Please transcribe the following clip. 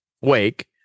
Wake